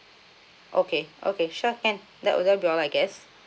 okay okay sure can that that will be all I guess